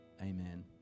Amen